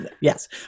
yes